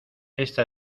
esta